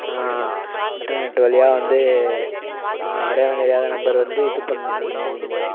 internet வழியா வந்து அடையாளம் தெரியாத நம்பர் வந்து இது பண்